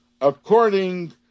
according